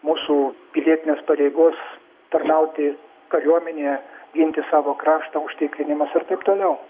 mūsų pilietinės pareigos tarnauti kariuomenėje ginti savo kraštą užtikrinimas ir taip toliau